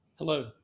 Hello